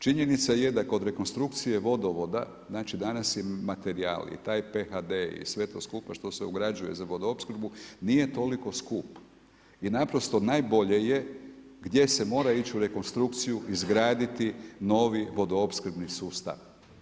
Činjenica je da kod rekonstrukcije vodovoda, znači danas je materijal i taj PHD i sve to skupa što se ugrađuje za vodoopskrbu nije toliko skup i naprosto najbolje je gdje se mora ići u rekonstrukciju izgraditi novi vodoopskrbni sustav.